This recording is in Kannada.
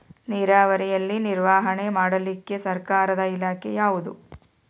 ನೇರಾವರಿಯಲ್ಲಿ ನಿರ್ವಹಣೆ ಮಾಡಲಿಕ್ಕೆ ಸರ್ಕಾರದ ಇಲಾಖೆ ಯಾವುದು?